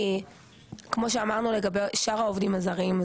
כמו שאמרנו לגבי שאר העובדים הזרים,